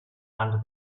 and